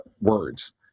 words